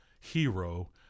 hero